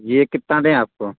ये कितना दें आपको